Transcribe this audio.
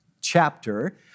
chapter